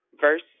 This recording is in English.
verse